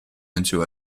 into